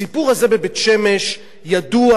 הסיפור הזה בבית-שמש ידוע,